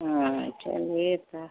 हाँ चलिए तो